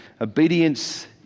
obedience